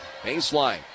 baseline